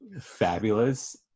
fabulous